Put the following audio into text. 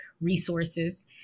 resources